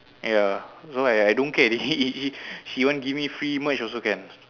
ya so I I don't care already he he he want give me free merch also can